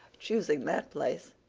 choosing that place,